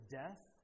death